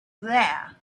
there